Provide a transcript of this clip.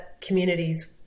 communities